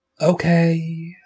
Okay